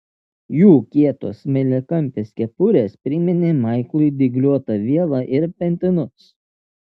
jų kietos smailiakampės kepurės priminė maiklui dygliuotą vielą ir pentinus